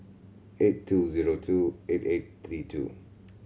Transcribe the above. eight two zero two eight eight three two